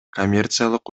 коммерциялык